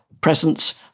presence